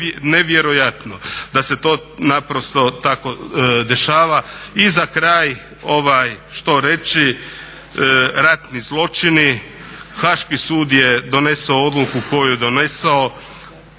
da se to naprosto tako dešava. I za kraj, što reći? Ratni zločini, Haški sud je donio odluku koju je